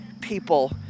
people